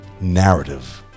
narrative